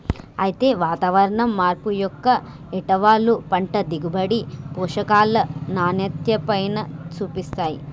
అయితే వాతావరణం మార్పు యొక్క ఏటవాలు పంట దిగుబడి, పోషకాల నాణ్యతపైన సూపిస్తాయి